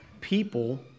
people